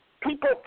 people